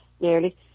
nearly